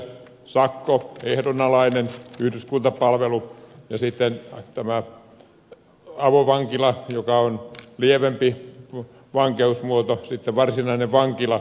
sakko ehdonalainen yhdyskuntapalvelu avovankila joka on lievempi vankeusmuoto varsinainen vankila